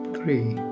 Three